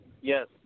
Yes